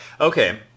Okay